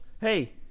hey